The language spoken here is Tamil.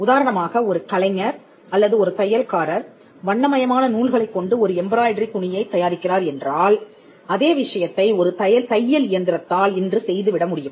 உதாரணமாக ஒரு கலைஞர் அல்லது ஒரு தையல்காரர் வண்ணமயமான நூல்களைக் கொண்டு ஒரு எம்ப்ராய்டரி துணியைத் தயாரிக்கிறார் என்றால் அதே விஷயத்தை ஒரு தையல் இயந்திரத்தால் இன்று செய்துவிடமுடியும்